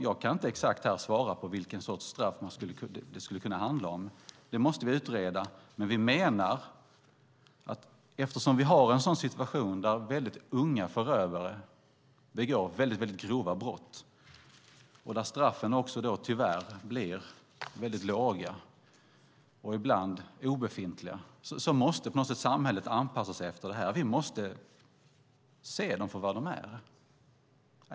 Jag kan inte här och nu svara på exakt vilken sorts straff det skulle kunna handla om. Det måste vi utreda. Men eftersom vi har en situation där väldigt unga förövare begår mycket grova brott och straffen tyvärr blir väldigt låga, ibland obefintliga, menar vi att samhället måste anpassas efter det. Vi måste se dem för vad de är.